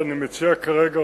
ואני מציע כרגע,